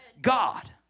God